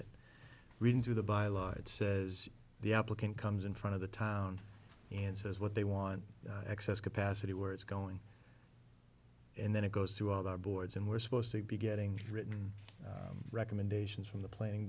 it read into the by law it says the applicant comes in front of the town and says what they want excess capacity where it's going and then it goes throughout our boards and we're supposed to be getting written recommendations from the planning